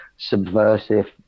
Subversive